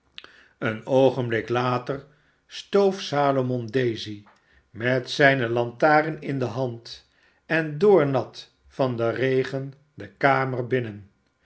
een oogenblik later stoof salomon daisy met zijne lantaren in de hand en doornat van den regen de kamer binnen